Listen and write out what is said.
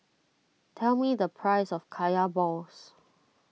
tell me the price of Kaya Balls